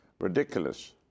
Ridiculous